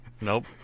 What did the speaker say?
Nope